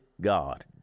God